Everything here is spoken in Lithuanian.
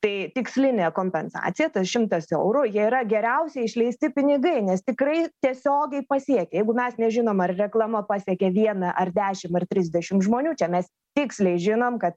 tai tikslinė kompensacija tas šimtas eurų jie yra geriausiai išleisti pinigai nes tikrai tiesiogiai pasiekia jeigu mes nežinom ar reklama pasiekė vieną ar dešim ar trisdešimt žmonių čia mes tiksliai žinom kad